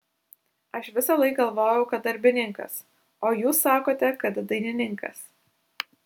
aš visąlaik galvojau kad darbininkas o jūs sakote kad dainininkas